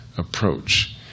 approach